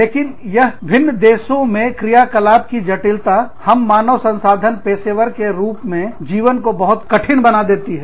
लेकिन यह विभिन्न देशों में क्रियाकलापों की जटिलता हमारी मानव संसाधन पेशेवर के रूप में जीवन को बहुत जटिल बना देती है